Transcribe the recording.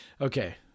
Okay